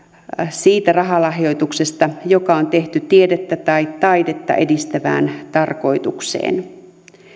siitä rahalahjoituksesta jonka on tehty tiedettä tai taidetta edistävään tarkoitukseen